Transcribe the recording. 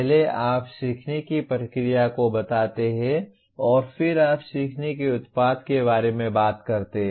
पहले आप सीखने की प्रक्रिया को बताते हैं और फिर आप सीखने के उत्पाद के बारे में बात करते हैं